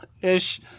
ish